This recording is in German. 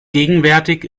gegenwärtig